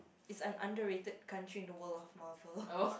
is an underrated country in the world of Marvel